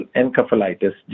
encephalitis